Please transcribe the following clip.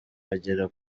agera